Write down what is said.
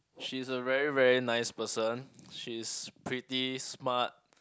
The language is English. she's a very very nice person she's pretty smart